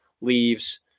leaves